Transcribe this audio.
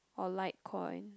or Litecoin